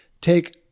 take